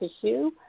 tissue